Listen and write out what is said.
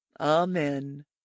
Amen